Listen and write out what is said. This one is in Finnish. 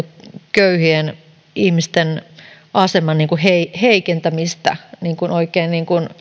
köyhien ihmisten aseman heikentämistä oikein